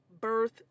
birth